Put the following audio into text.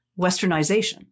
westernization